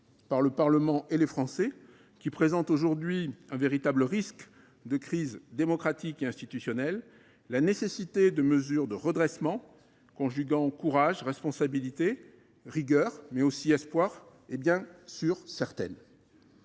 par le Parlement et les Français, qui présente aujourd’hui un véritable risque de crise démocratique et institutionnelle, la nécessité de mesures de redressement conjuguant courage, responsabilité, rigueur, mais aussi espoir est bien certaine.